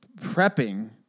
prepping